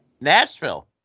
Nashville